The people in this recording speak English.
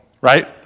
right